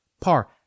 par